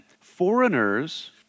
Foreigners